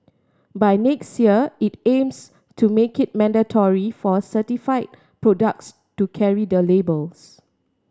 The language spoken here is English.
by next year it aims to make it mandatory for certified products to carry the labels